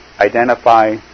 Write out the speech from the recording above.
identify